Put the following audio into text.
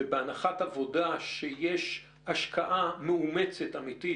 ובהנחת עבודה שיש השקעה מאומצת אמיתית,